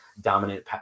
dominant